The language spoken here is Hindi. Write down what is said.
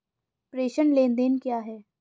प्रेषण लेनदेन क्या है?